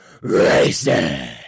racing